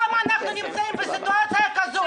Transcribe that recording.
למה אנחנו נמצאים בסיטואציה כזו?